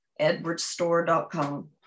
EdwardStore.com